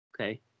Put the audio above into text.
Okay